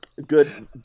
good